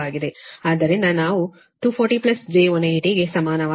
ಆದ್ದರಿಂದ ನಾವು 240 j180 ಗೆ ಸಮಾನವಾದ 300 ಕೋನ 36